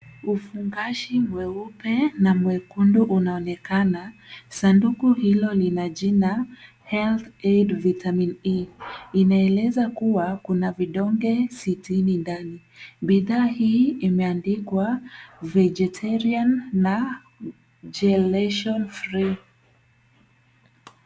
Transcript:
Ufungashi mweupe na mwekundu unaonekana. Sanduku hilo lina jina Health Aid Vitamin E. Inaeleza kuwa kuna vidonge sitini ndani. Bidhaa hii imeandikwa vegetarian na gelation free .